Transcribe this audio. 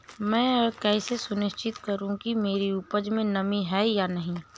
मैं कैसे सुनिश्चित करूँ कि मेरी उपज में नमी है या नहीं है?